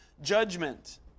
judgment